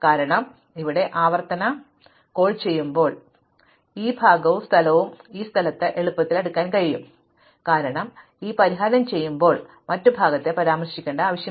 കാരണം ഞാൻ ഇവിടെ ആവർത്തന കോൾ ചെയ്യുമ്പോൾ എനിക്ക് ഈ ഭാഗവും സ്ഥലവും ഈ സ്ഥലത്ത് എളുപ്പത്തിൽ അടുക്കാൻ കഴിയും കാരണം ഞാൻ ഈ പരിഹാരം ചെയ്യുമ്പോൾ മറ്റ് ഭാഗത്തെ പരാമർശിക്കേണ്ട ആവശ്യമില്ല